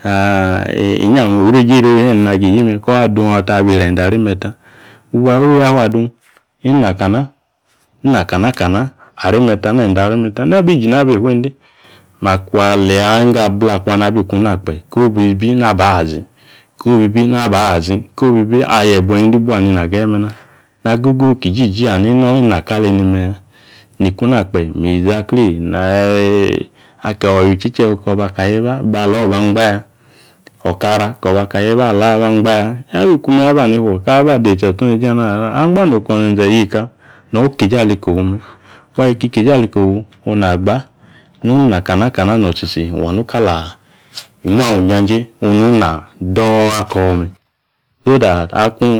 inyi ame̱ owreji riri he nina gi iyi me̱ kadung awa, ta abi isri e̱nde̱ are̱me̱. Wibua wowiafu adung inakana inakanaka na aremeta ne̱nde̱ aremeta nabi iji nabi fuende. Makwa aleeyi awinggo abla kwa, na bi kuna kpe kobo ibi naba azi kobo ibi naba azi ko̱bo ibi aye̱buo ne̱nde̱ ibua nina ageyi me̱ na. Na gogo ki ijiji hanini nung na kaleni meya. Niku na kpe mizaklee ako̱ iywi iche̱che ko̱ baka heba ba angba ya. Okara kobaka aheba yabi kume yaba fuo kaba adeta otsoneje angba no ko ize̱nze yeka no̱ ikeje ali kofu me wa yeka ikeje ali kofu ona gba inakana kana, notsitsi wanu kala imu awa. Injanje onung na do̱o̱ ako̱ me̱ so that akung